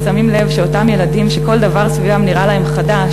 שמים לב שאותם ילדים שכל דבר סביבם נראה להם חדש,